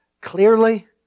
clearly